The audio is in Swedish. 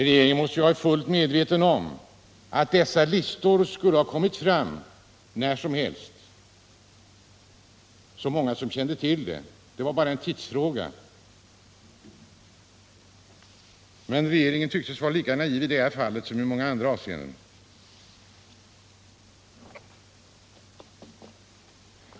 Regeringen måste ha varit fullt medveten om att dessa listor skulle komma fram när som helst — när så många kände till dem var det bara en tidsfråga. Men regeringen tycktes lika naiv i detta fall som i många andra avseenden.